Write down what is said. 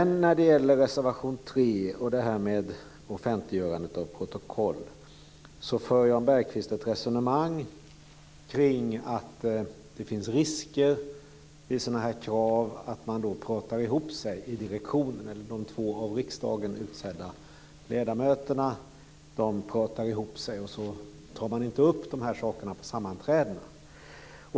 När det gäller reservation 3 och offentliggörandet av protokoll för Jan Bergqvist ett resonemang kring att det finns risker med sådana här krav, att man då pratar ihop sig i direktionen, eller att de två av riksdagen utsedda ledamöterna gör det, och inte tar upp dessa saker på sammanträdena.